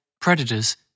predators